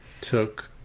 took